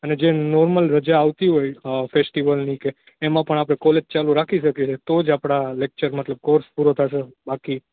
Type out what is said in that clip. અને જે નોર્મલ રજા આવતી હોય ફેસ્ટિવલની કે એમાં પણ આપણે કોલેજ ચાલુ રાખી શકીએ છે તો જ આપણા લેક્ચર મતલબ કોર્સ પૂરો થશે બાકી